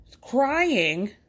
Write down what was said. crying